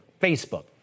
Facebook